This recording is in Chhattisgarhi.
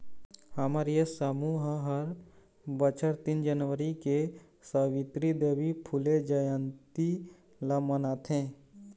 हमर ये समूह ह हर बछर तीन जनवरी के सवित्री देवी फूले जंयती ल मनाथे